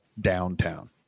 downtown